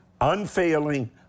Unfailing